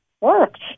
works